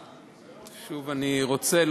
שוב אני רוצה,